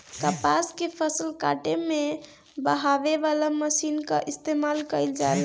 कपास के फसल काटे में बहावे वाला मशीन कअ इस्तेमाल कइल जाला